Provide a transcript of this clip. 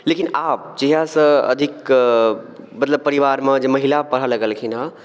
लेकिन आब जहिया सऽ अधिक के मतलब परिवार मे जे महिला पढऽ लगलखिन हँ